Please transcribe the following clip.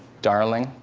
darling.